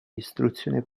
istruzione